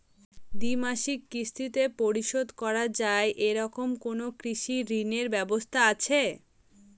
দ্বিমাসিক কিস্তিতে পরিশোধ করা য়ায় এরকম কোনো কৃষি ঋণের ব্যবস্থা আছে?